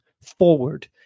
forward